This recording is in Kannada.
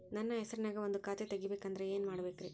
ನನ್ನ ಹೆಸರನ್ಯಾಗ ಒಂದು ಖಾತೆ ತೆಗಿಬೇಕ ಅಂದ್ರ ಏನ್ ಮಾಡಬೇಕ್ರಿ?